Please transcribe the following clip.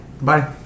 bye